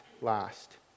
last